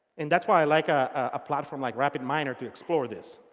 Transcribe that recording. and that's why i like a ah platform like rapidminer to explore this.